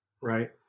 right